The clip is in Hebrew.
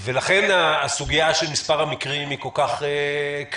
ולכן הסוגיה של מספר המקרים היא כל כך קריטית.